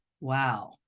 Wow